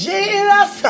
Jesus